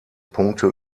punkte